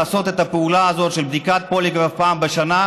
לעשות את הפעולה הזאת של בדיקת פוליגרף פעם בשנה,